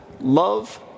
love